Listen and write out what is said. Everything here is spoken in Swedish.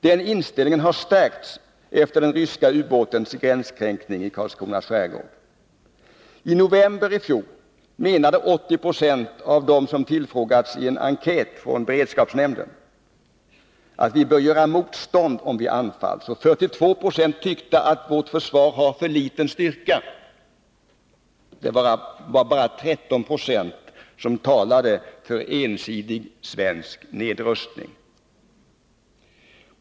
Den inställningen har stärkts efter den ryska ubåtens gränskränkning i Karlskronas skärgård. I november i fjol menade 80 96 av de tillfrågade i en enkät från beredskapsnämnden att vi bör göra motstånd om vi anfalls. 42 20 tyckte att vårt försvar har för liten styrka. Endast 13 26 talade för ensidig svensk nedrustning.